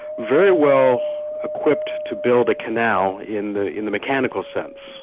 very well equipped to build a canal in the in the mechanical sense.